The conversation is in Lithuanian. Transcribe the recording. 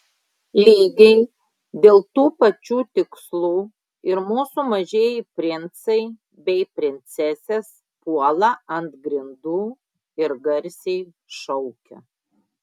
lygiai dėl tų pačių tikslų ir mūsų mažieji princai bei princesės puola ant grindų ir garsiai šaukia